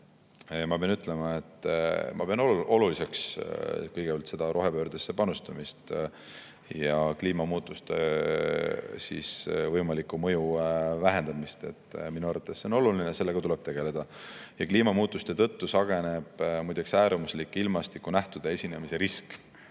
Ma pean ütlema, et ma pean oluliseks kõigepealt rohepöördesse panustamist ja kliimamuutuste võimaliku mõju vähendamist. Minu arvates see on oluline ja sellega tuleb tegeleda. Kliimamuutuste tõttu suureneb, muideks, äärmuslike ilmastikunähtude esinemise risk,